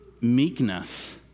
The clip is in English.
meekness